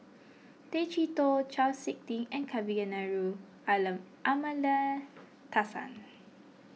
Tay Chee Toh Chau Sik Ting and Kavignareru Amallathasan